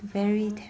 !huh!